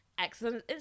excellent